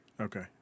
Okay